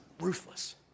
ruthless